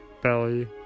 belly